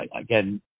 again